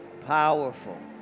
Powerful